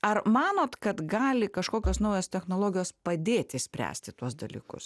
ar manot kad gali kažkokios naujos technologijos padėti spręsti tuos dalykus